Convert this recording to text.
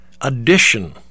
addition